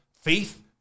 faith